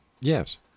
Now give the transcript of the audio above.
yes